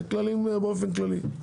אלה כללים באופן כללי.